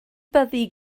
byddi